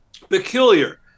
peculiar